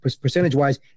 percentage-wise